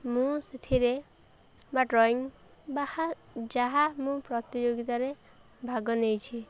ମୁଁ ସେଥିରେ ବା ଡ୍ରଇଂ ବା ଯାହା ମୁଁ ପ୍ରତିଯୋଗିତାରେ ଭାଗ ନେଇଛି